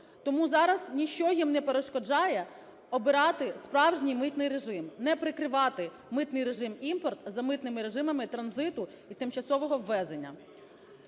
Тому зараз ніщо їм не перешкоджає обирати справжній митний режим, не прикривати митний режим імпорт за митними режимами транзиту і тимчасового ввезення.